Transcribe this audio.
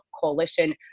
coalition